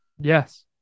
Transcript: Yes